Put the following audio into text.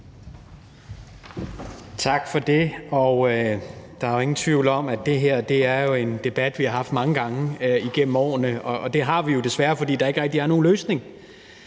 Tak for det. Der er ingen tvivl om, at det her jo er en debat, vi har haft mange gange igennem årene, og det har vi, fordi der desværre ikke rigtig er nogen løsning.